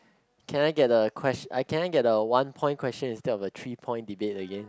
can I get the quest I can I get the one point question instead of three debate again